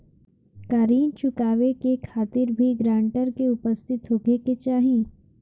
का ऋण चुकावे के खातिर भी ग्रानटर के उपस्थित होखे के चाही?